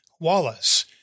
Wallace